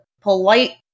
polite